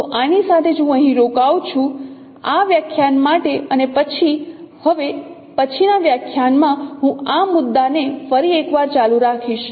તો આની સાથે જ હું અહીં રોકાઉં છું આ વખતે પણ આપ આ વ્યાખ્યાન માટે અને પછી હવે પછીના વ્યાખ્યાન માં હું આ મુદ્દાને ફરી એકવાર ચાલુ રાખીશ